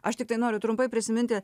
aš tiktai noriu trumpai prisiminti